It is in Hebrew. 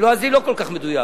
הלועזי הוא לא כל כך מדויק,